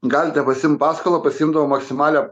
galite pasiimt paskolą pasiimdavau maksimalią